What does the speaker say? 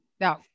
Now